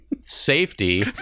safety